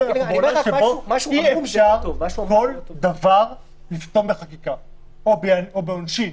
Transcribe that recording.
אי אפשר כל דבר לסתום בחקיקה או בעונשין.